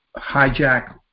hijack